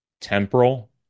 temporal